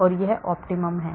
तो यह optimum है